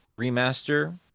remaster